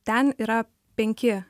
ten yra penki